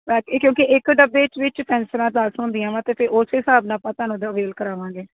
ਕਿਉਂਕਿ ਇੱਕ ਡੱਬੇ 'ਚ ਵਿੱਚ ਪੈਨਸਲਾਂ ਦਸ ਹੁੰਦੀਆਂ ਵਾ ਅਤੇ ਫਿਰ ਉਸ ਹਿਸਾਬ ਨਾਲ ਆਪਾਂ ਤੁਹਾਨੂੰ ਇਹਦੇ ਬਿਲ ਕਰਾਵਾਂਗੇ